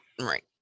Right